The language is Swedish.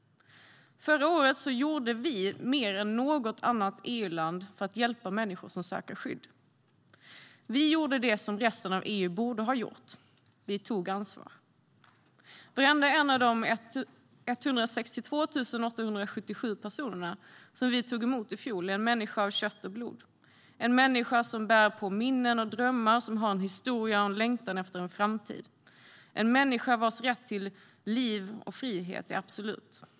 Förra året gjorde vi mer än något annat EU-land för att hjälpa människor som söker skydd. Vi gjorde det som resten av EU borde ha gjort. Vi tog ansvar. Varenda en av de 162 877 personer som vi tog emot i fjol är en människa av kött och blod. Varenda en är en människa som bär på minnen och drömmar och har en historia och en längtan efter en framtid. Varenda en är en människa vars rätt till liv och frihet är absolut.